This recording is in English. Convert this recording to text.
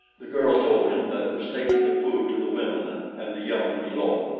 the girl told him that it was taking the food to the women and the young below,